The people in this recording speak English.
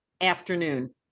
afternoon